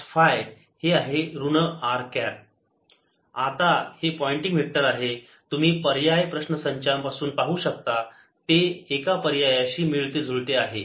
S10 EB E Q0e tRCa20 z S Q02e 2tRC2πRC a20 1s sa2 z S Q02e 2tRC2πRC a201s sa2 r आता हे Poynting vector आहे तुम्ही पर्याय प्रश्नसंच्यापासून पाहू शकता ते एका पर्यायाशी मिळतेजुळते आहे